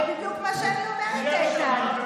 זה בדיוק מה שאני אומרת, איתן.